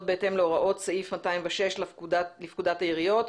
בהתאם להוראות סעיף 206 לפקודת העיריות.